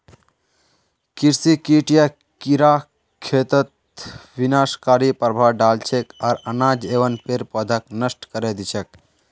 कृषि कीट या कीड़ा खेतत विनाशकारी प्रभाव डाल छेक आर अनाज एवं पेड़ पौधाक नष्ट करे दी छेक